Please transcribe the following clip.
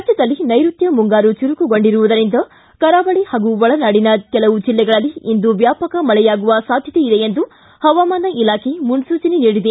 ರಾಜ್ವದಲ್ಲಿ ನೈರುತ್ತ ಮುಂಗಾರು ಚುರುಕು ಗೊಂಡಿರುವುದರಿಂದ ಕರಾವಳಿ ಹಾಗೂ ಒಳನಾಡಿನ ಕೆಲವು ಜಿಲ್ಲೆಗಳಲ್ಲಿ ಇಂದು ವ್ಯಾಪಕ ಮಳೆಯಾಗುವ ಸಾಧ್ವತೆ ಇದೆ ಎಂದು ಹವಾಮಾನ ಇಲಾಖೆ ಮುನ್ಲೂಚನೆ ನೀಡಿದೆ